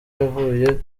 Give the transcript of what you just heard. yavuye